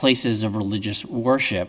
places of religious worship